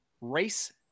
race